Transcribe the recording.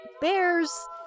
bears